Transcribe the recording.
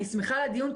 אני שמחה על הדיון.